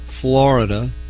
Florida